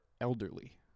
elderly